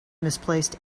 misplaced